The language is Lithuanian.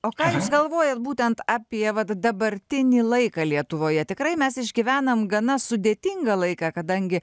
o ką jūs galvojat būtent apie vat dabartinį laiką lietuvoje tikrai mes išgyvenam gana sudėtingą laiką kadangi